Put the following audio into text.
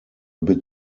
bit